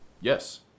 Yes